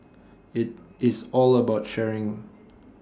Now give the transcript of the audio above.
IT is all about sharing